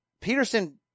Peterson